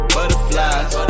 Butterflies